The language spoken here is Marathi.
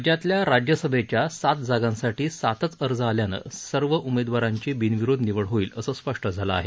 राज्यातल्या राज्यसभेच्या सात जागांसाठी सातच अर्ज आल्यानं सर्व उमेदवारांची बिनविरोध निवड होईल असं स्पष्ट झालं आहे